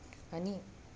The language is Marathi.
आणि